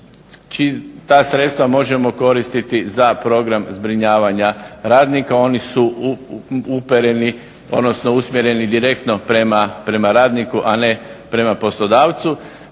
Ta sredstva možemo koristiti za program zbrinjavanja radnika, oni su upereni, odnosno usmjereni direktno prema radniku a ne prema poslodavcu.